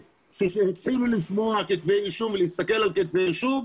--- כשהתחילו לשמוע כתבי אישום ולהסתכל על כתבי אישום,